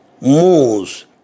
moves